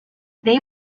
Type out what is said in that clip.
they